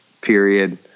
period